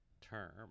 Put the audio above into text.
term